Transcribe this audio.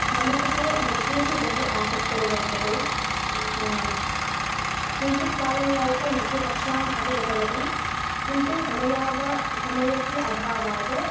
मम कृते नृत्येऽपि बहु आसक्तिर्वर्तते किञ्चित् कालं यावत् नृत्यकक्ष्याम् अपि गतवती किन्तु समयाव समयस्य अभावात्